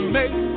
make